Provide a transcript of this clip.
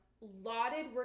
lauded